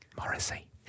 Morrissey